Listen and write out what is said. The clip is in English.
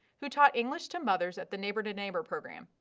who taught english to mothers at the neighbor-to-neighbor program,